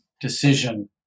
decision